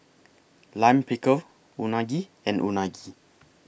Lime Pickle Unagi and Unagi